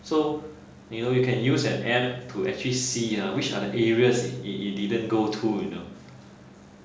so you know you can use an application to actually see ah which are the areas it didn't go too you know